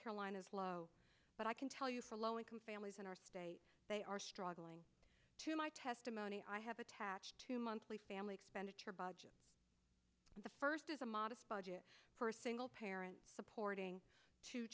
carolina is low but i can tell you for low income families in our state they are struggling to my testimony i have attached to monthly family expenditure budget the first is a modest budget for a single parent supporting two